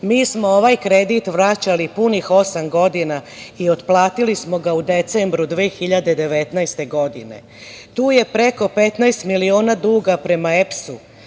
Mi smo ovaj kredit vraćali punih osam godina i otplatili smo ga u decembru 2019. godine. Tu je i preko 15 miliona duga prema EPS-u,